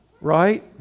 Right